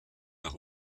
nach